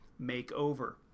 makeover